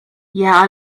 yeah